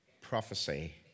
prophecy